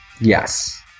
Yes